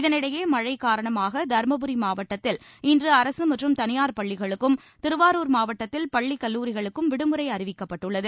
இதனிடையே மழை காரணமாக தருமபுரி மாவட்டத்தில் இன்று அரசு மற்றும் தனியார் பள்ளிகளுக்கும் திருவாரூர் மாவட்டத்தில் பள்ளி கல்லூரிகளுக்கும் விடுமுறை அறிவிக்கப்பட்டுள்ளது